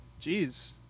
Jeez